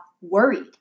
worried